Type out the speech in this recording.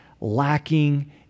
lacking